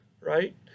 right